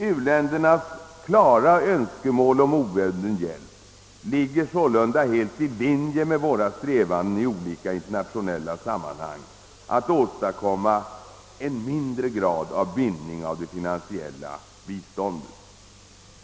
U-ländernas klara önskemål om obunden hjälp ligger sålunda helt i linje med våra strävanden i olika internationella sammanhang att åstadkomma en mindre grad av bindning av det finansiella biståndet.